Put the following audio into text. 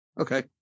okay